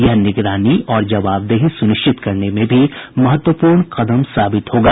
यह निगरानी और जवाबदेही सुनिश्चित करने में भी महत्वपूर्ण कदम साबित होगा